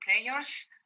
players